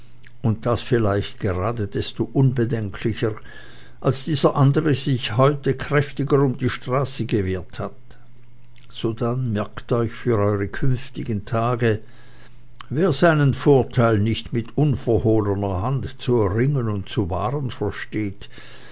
und das vielleicht gerade desto unbedenklicher als dieser andere sich heute kräftiger um die straße gewehrt hat sodann merkt euch für eure künftigen tage wer seinen vorteil nicht mit unverhohlener hand zu erringen und zu wahren versteht